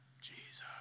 Jesus